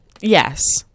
Yes